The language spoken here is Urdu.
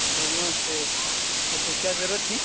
بھوج گاؤں سے وہ تو کیا ضرورت تھی